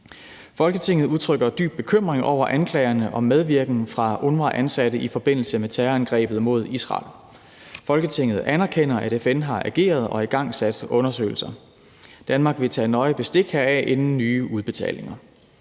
»Folketinget udtrykker dyb bekymring over anklagerne om medvirken af UNRWA-ansatte ved terrorangrebet mod Israel. Folketinget anerkender, at FN har ageret og igangsat undersøgelser. Danmark vil tage nøje bestik heraf inden nye udbetalinger.